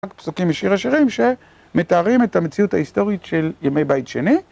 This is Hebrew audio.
רק פסוקים משיר השירים שמתארים את המציאות ההיסטורית של ימי בית שני